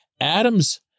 Adams